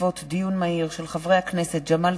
מטלון ומירי רגב,